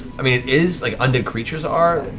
i mean it is, like undead creatures are,